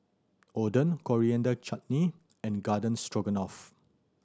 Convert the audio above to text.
Oden Coriander Chutney and Garden Stroganoff